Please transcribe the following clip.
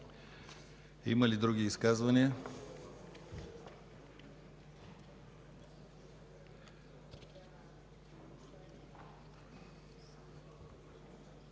Има ли други изказвания?